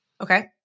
Okay